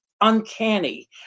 uncanny